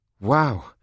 Wow